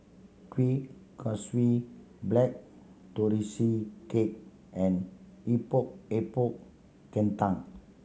Kuih Kaswi Black Tortoise Cake and Epok Epok Kentang